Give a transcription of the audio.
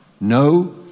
No